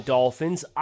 Dolphins